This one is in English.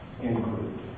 include